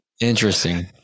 Interesting